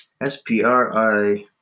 S-P-R-I